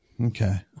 Okay